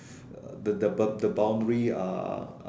uh the the the the boundary are are